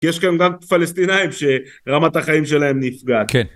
יש כאן גם פלסטינאים שרמת החיים שלהם נפגעת.